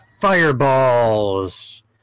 Fireballs